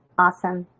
awesome.